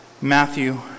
Matthew